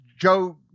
Joe